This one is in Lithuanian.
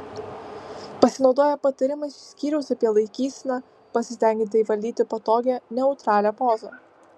pasinaudoję patarimais iš skyriaus apie laikyseną pasistenkite įvaldyti patogią neutralią pozą